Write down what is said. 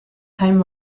time